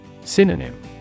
Synonym